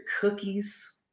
cookies